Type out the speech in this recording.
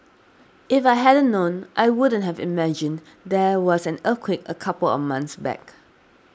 if I hadn't known I wouldn't have imagined there was an earthquake a couple of months back